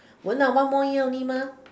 won't lah one more year only mah